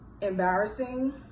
Embarrassing